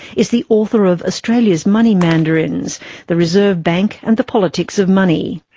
is the author of australia's money mandarins the reserve bank and the politics of money.